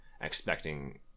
expecting